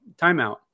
timeout